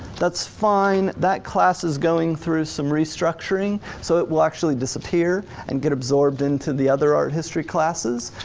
that's fine, that class is going through some restructuring. so it will actually disappear and get absorbed into the other art history classes.